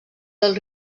del